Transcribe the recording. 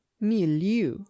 milieu